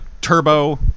Turbo